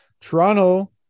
Toronto